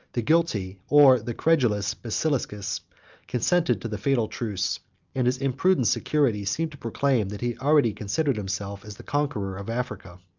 the guilty, or the credulous, basiliscus consented to the fatal truce and his imprudent security seemed to proclaim, that he already considered himself as the conqueror of africa.